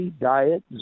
Diet